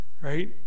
right